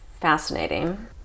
fascinating